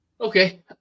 Okay